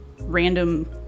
random